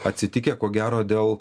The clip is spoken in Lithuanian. atsitikę ko gero dėl